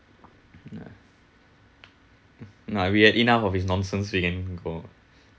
nah nah we had enough of his nonsense speaking